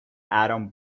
atom